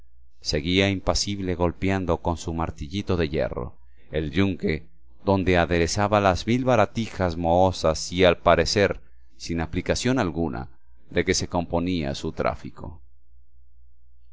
seguía impasible golpeando con su martillito de hierro el yunque donde aderezaba las mil baratijas mohosas y al parecer sin aplicación alguna de que se componía su tráfico